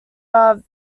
are